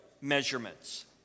measurements